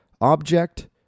object